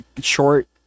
short